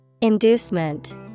Inducement